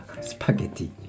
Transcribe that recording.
Spaghetti